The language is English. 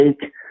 take